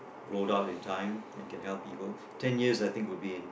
rolled out in time and can help people ten years I think would be in